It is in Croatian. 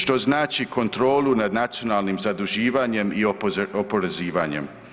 Što znači kontrolu nad nacionalnim zaduživanjem i oporezivanjem.